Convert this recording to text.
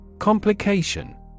Complication